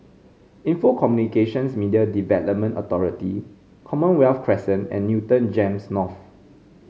Info Communications Media Development Authority Commonwealth Crescent and Newton Gems North